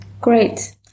Great